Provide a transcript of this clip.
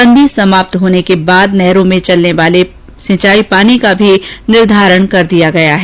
बंदी समाप्त होने के बाद नहरों में चलने वाले सिंचाई पानी का निर्धारण हो गया है